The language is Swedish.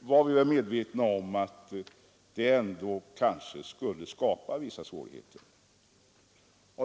var vi medvetna om att det ändå kanske skulle uppstå vissa svårigheter.